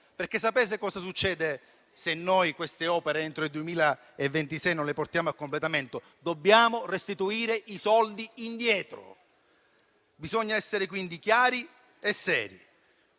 Sapete cosa succede se noi queste opere entro il 2026 non le portiamo a completamento? Dobbiamo restituire i soldi indietro. Bisogna essere quindi chiari e seri.